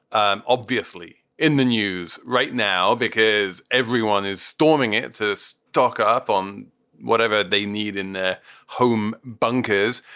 and obviously in the news right now because everyone is storming it to stock up on whatever they need in the home bunkers.